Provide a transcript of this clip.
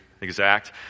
exact